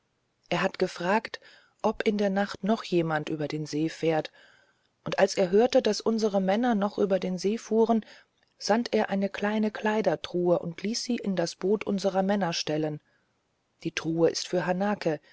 er hat gefragt ob in der nacht noch jemand über den see fährt und als er hörte daß unsere männer noch über den see fuhren sandte er eine kleine kleidertruhe und ließ sie in das boot unserer männer stellen die truhe ist für hanake